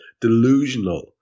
delusional